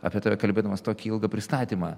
apie tave kalbėdamas tokį ilgą pristatymą